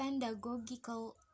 pedagogical